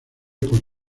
por